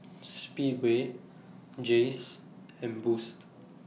Speedway Jays and Boost